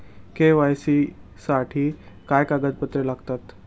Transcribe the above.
KYC साठी काय कागदपत्रे लागतात?